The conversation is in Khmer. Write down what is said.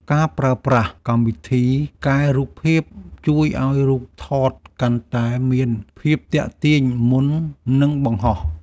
ការប្រើប្រាស់កម្មវិធីកែរូបភាព ជួយឱ្យរូបថតកាន់តែមានភាពទាក់ទាញមុននឹងបង្ហោះ។